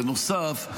בנוסף,